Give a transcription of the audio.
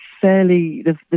fairly